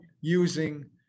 using